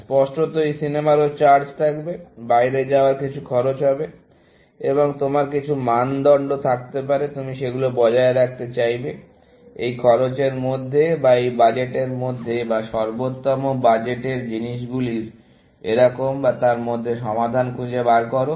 স্পষ্টতই সিনেমারও চার্জ থাকবে বাইরে খাওয়ার কিছু খরচ হবে এবং তোমার কিছু মানদণ্ড থাকতে পারে তুমি সেগুলো বজায় রাখতে চাইবে এই খরচের মধ্যে বা এই বাজেটের মধ্যে বা সর্বোত্তম বাজেটের জিনিসগুলির এরকম এবং তার মধ্যে সমাধান খুঁজে বার করো